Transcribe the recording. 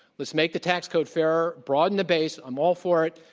let's make the tax code fairer, broaden the base, i'm all for it,